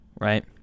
right